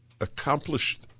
accomplished